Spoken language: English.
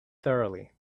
thoroughly